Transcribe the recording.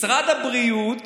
משרד הבריאות